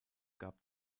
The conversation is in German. gab